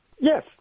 Yes